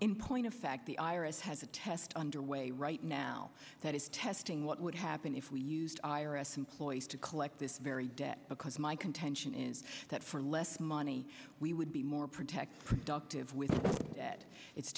in point of fact the iris has a test underway right now that is testing what would happen if we used i r s employees to collect this very debt because my contention is that for less money we would be more protected productive with it it's